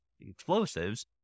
explosives